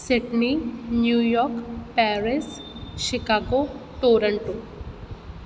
Sydney New York Paris Chicago Toronto